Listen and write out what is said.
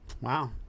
Wow